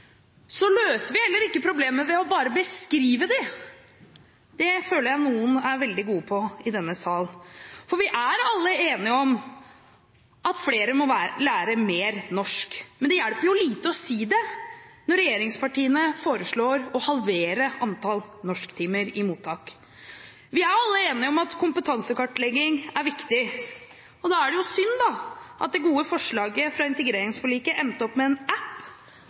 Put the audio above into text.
Så løser vi heller ikke problemer ved bare å beskrive dem. Det føler jeg noen er veldig gode til i denne sal. Vi er alle enige om at flere må lære mer norsk, men det hjelper lite å si det, når regjeringspartiene foreslår å halvere antall norsktimer i mottak. Vi er alle enige om at kompetansekartlegging er viktig. Da er det synd at det gode forslaget fra integreringsforliket endte med en app.